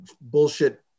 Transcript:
bullshit